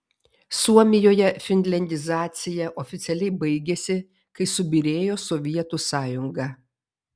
suomijoje finliandizacija oficialiai baigėsi kai subyrėjo sovietų sąjunga